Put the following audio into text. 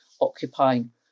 occupying